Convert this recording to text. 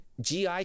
GI